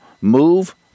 Move